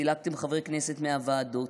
סילקתם חברי כנסת מהוועדות,